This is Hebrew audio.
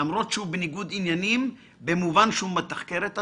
למרות שהוא בניגוד עניינים במובן שהוא מתחקר את עצמו?